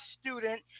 student